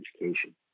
education